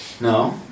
No